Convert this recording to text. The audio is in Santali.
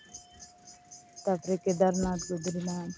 ᱛᱟᱯᱚᱨᱮ ᱠᱮᱫᱟᱨᱱᱟᱛᱷ ᱵᱚᱫᱽᱨᱤᱱᱟᱛᱷ